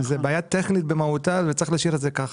זו בעיה טכנית במהותה וצריך להשאיר את זה ככה.